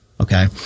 Okay